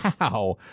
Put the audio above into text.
Wow